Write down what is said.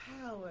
power